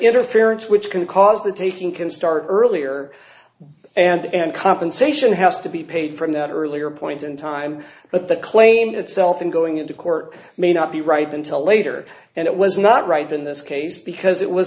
interference which can cause the taking can start earlier and compensation has to be paid from that earlier point in time but the claim itself in going into court may not be right until later and it was not right in this case because it was